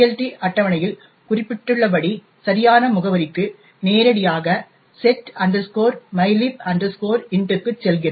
PLT அட்டவணை இல் குறிப்பிட்டுள்ளபடி சரியான முகவரிக்கு நேரடியாக set mylib int க்கு செல்கிறது